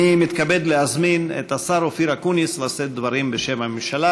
אני מתכבד להזמין את השר אופיר אקוניס לשאת דברים בשם הממשלה.